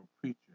preacher